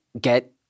get